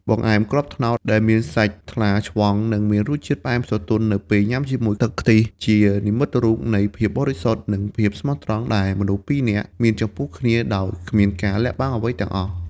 បង្អែមគ្រាប់ត្នោត ដែលមានសាច់ថ្លាឆ្វង់ និងរសជាតិផ្អែមស្រទន់នៅពេលញ៉ាំជាមួយទឹកខ្ទិះ ជានិមិត្តរូបនៃភាពបរិសុទ្ធ និងភាពស្មោះត្រង់ដែលមនុស្សពីរនាក់មានចំពោះគ្នាដោយគ្មានការលាក់បាំងអ្វីទាំងអស់។